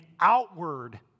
outward